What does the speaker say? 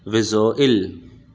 visual